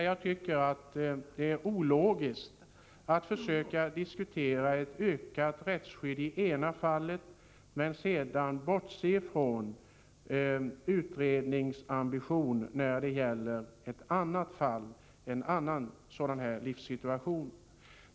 Jag tycker att det är ologiskt att försöka diskutera ett ökat rättsskydd i det ena fallet men sedan bortse från utredningsambitionen i ett annat fall, när det gäller en annan livssituation.